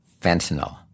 fentanyl